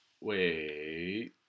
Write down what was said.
Wait